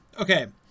Okay